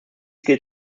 gilt